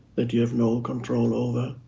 that you have no control over.